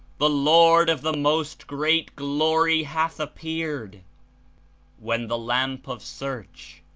the lord of the most great glory hath appeared when the lamp of search,